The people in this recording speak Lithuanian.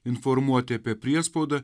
informuoti apie priespaudą